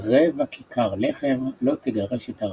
"רבע כיכר לחם לא תגרש את הרעב",